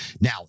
Now